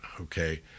okay